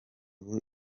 ubu